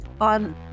on